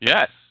Yes